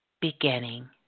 beginning